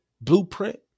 blueprint